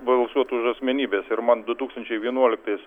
balsuot už asmenybes ir man du tūkstančiai vienuoliktais